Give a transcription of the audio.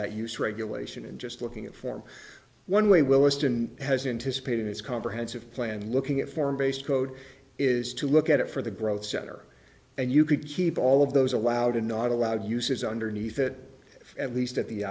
that use regulation and just looking at form one way willesden has in his pay to his comprehensive plan looking at form based code is to look at it for the growth center and you could keep all of those allowed and not allowed uses underneath that at least at the